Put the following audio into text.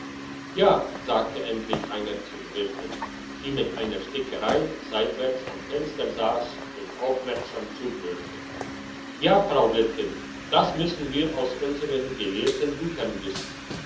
ja sagte endlich einer zur wirtin die mit einer stickerei seitwärts am fenster sass und aufmerksam zuhörte ja frau wirtin das müssen wir aus unsern gelehrten büchern wissen